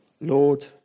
Lord